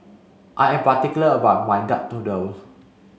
I am particular about my duck noodles